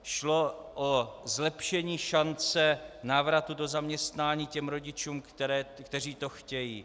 Šlo o zlepšení šance návratu do zaměstnání těm rodičům, kteří to chtějí.